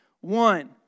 One